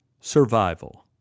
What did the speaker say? survival